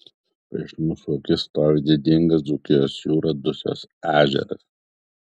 prieš mūsų akis stovi didinga dzūkijos jūra dusios ežeras